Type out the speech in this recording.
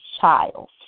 child